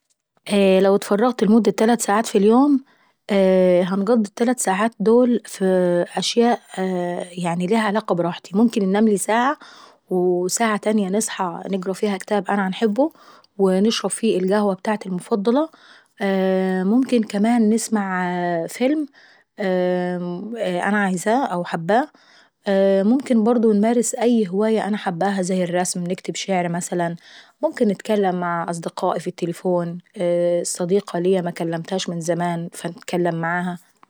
لو اتفرغت لمدة تلات ساعات في اليوم هانقضي التلات ساعات دول فيهم أشياء يعني ليها علاقة براحتي. ممكن انناملي ساعة، وساعة تانية نصحى نقرا فيها كتاب انا باحب ونشرب فيها القهوة بتاعتي المفصلة، وممكن كمان نسمع فيلم انا عايزاه او حباه، ممكن برضه انمارس أي هواية انا حباها زي الرسم، نكتب شعر مثلا، ممكن نتكلم مع أصدقاءي في التليفون، صديقة ليا مكلمتهاش من زمان فنتكلم معاها.